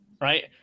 right